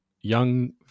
young